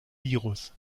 virus